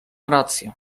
rację